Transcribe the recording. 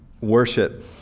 worship